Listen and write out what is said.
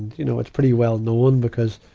you know, it's pretty well known because,